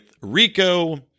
Rico